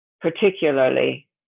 particularly